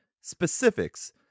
specifics